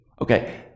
okay